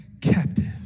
captive